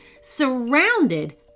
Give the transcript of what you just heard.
surrounded